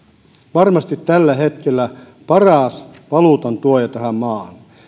varmasti tällä hetkellä paras valuutantuoja tähän maahan